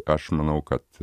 aš manau kad